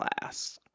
class